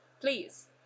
please